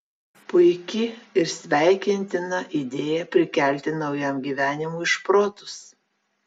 puiki ir sveikintina idėja prikelti naujam gyvenimui šprotus